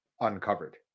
uncovered